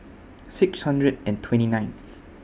six hundred and twenty ninth